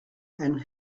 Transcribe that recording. and